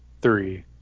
three